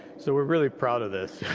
so we're really proud of this.